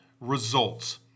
results